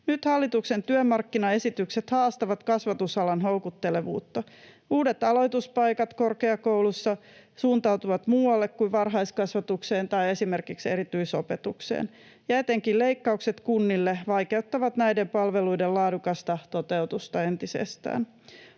Nyt hallituksen työmarkkinaesitykset haastavat kasvatusalan houkuttelevuutta. Uudet aloituspaikat korkeakouluissa suuntautuvat muualle kuin varhaiskasvatukseen tai esimerkiksi erityisopetukseen, ja etenkin leikkaukset kunnille vaikeuttavat näiden palveluiden laadukasta toteutusta entisestään.